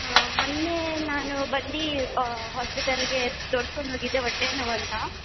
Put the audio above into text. ಹಾಂ ಮೊನ್ನೇ ನಾನು ಬಂದು ಹಾಸ್ಪಿಟಲ್ಗೆ ತೋರ್ಸ್ಕೊಂಡು ಹೋಗಿದೆ ಹೊಟ್ಟೆ ನೋವು ಅಂತ